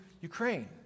Ukraine